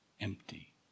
empty